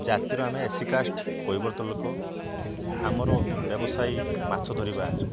ଜାତିର ଆମେ SC caste କୈବର୍ତ୍ତ ଲୋକ ଆମର ବ୍ୟବସାୟୀ ମାଛ ଧରିବା